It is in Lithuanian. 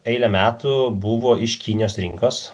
eilę metų buvo iš kinijos rinkos